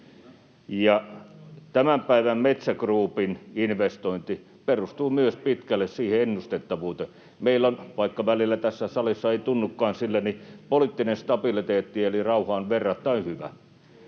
tämän päivän Metsä Groupin investointi perustuu myös pitkälle siihen ennustettavuuteen. Meillä on — vaikka välillä tässä salissa ei tunnukaan sille — poliittinen stabiliteetti, eli rauha on verrattain hyvä.